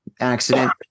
accident